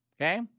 Okay